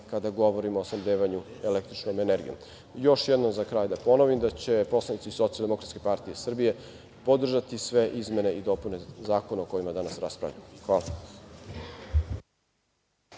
kada govorimo o snabdevanju električnom energijom. Još jednom da ponovim za kraj da će poslanici Socijaldemokratske partije Srbije podržati sve izmene i dopune zakona o kojima danas raspravljamo. Hvala.